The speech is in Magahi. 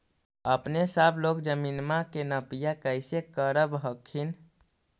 अपने सब लोग जमीनमा के नपीया कैसे करब हखिन?